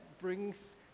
brings